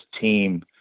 team